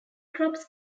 crops